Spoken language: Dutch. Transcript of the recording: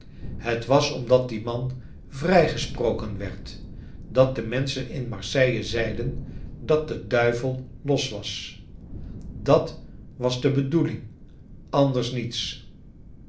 het was omdat die man vrijgesproken werd dat de menschen in marseille zeiden dat de duivel los was dat was de bedoeling anders niets